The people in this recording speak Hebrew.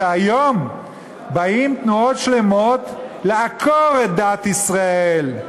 והיום באות תנועות שלמות לעקור את דת ישראל,